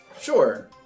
sure